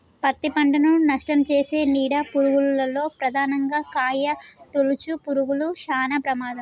పత్తి పంటను నష్టంచేసే నీడ పురుగుల్లో ప్రధానంగా కాయతొలుచు పురుగులు శానా ప్రమాదం